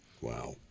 Wow